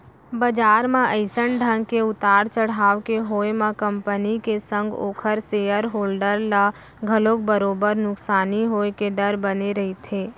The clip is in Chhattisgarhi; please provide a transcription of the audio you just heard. बजार म अइसन ढंग के उतार चड़हाव के होय म कंपनी के संग ओखर सेयर होल्डर ल घलोक बरोबर नुकसानी होय के डर बने रहिथे